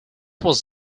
was